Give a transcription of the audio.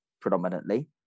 predominantly